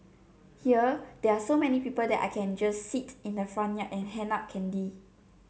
here there are so many people that I just sit in the front yard and hand out candy